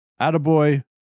attaboy